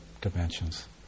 dimensions